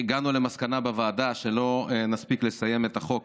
הגענו למסקנה בוועדה שלא נספיק לסיים את החוק